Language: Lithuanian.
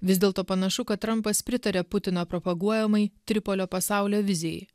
vis dėlto panašu kad trampas pritaria putino propaguojamai tripolio pasaulio vizijai